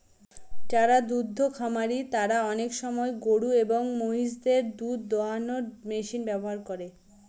যারা দুদ্ধ খামারি তারা আনেক সময় গরু এবং মহিষদের দুধ দোহানোর মেশিন ব্যবহার করে